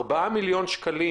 האם בארבעה מיליון שקלים